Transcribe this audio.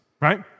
right